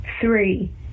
three